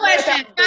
question